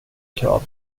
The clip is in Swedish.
krav